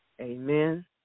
Amen